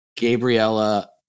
Gabriella